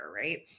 Right